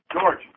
George